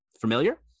familiar